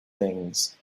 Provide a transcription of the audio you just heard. things